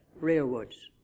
rearwards